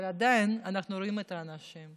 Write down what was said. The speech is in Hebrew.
אבל עדיין אנחנו רואים את האנשים.